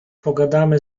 pogadamy